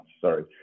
sorry